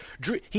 Drew